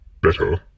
better